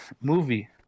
movie